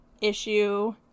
issue